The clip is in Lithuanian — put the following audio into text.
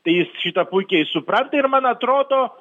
tai jis šitą puikiai supranta ir man atrodo